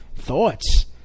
Thoughts